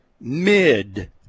mid